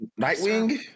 Nightwing